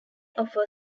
offer